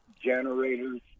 generators